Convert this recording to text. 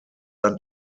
ein